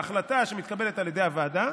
בהחלטה שמתקבלת על ידי הוועדה,